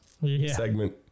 segment